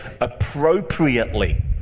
appropriately